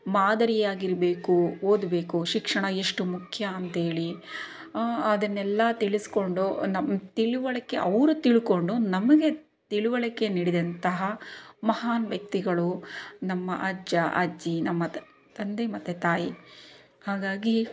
ಮಾದರಿಯಾಗಿರಬೇಕು ಓದಬೇಕು ಶಿಕ್ಷಣ ಎಷ್ಟು ಮುಖ್ಯ ಅಂಥೇಳಿ ಅದನ್ನೆಲ್ಲ ತಿಳಿಸ್ಕೊಂಡು ನಮ್ಮ ತಿಳುವಳಿಕೆ ಅವ್ರಗ ತಿಳ್ಕೊಂಡು ನಮಗೆ ತಿಳುವಳಿಕೆ ನೀಡಿದಂತಹ ಮಹಾನ್ ವ್ಯಕ್ತಿಗಳು ನಮ್ಮ ಅಜ್ಜ ಅಜ್ಜಿ ನಮ್ಮ ತ್ ತಂದೆ ಮತ್ತೆ ತಾಯಿ ಹಾಗಾಗಿ